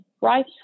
right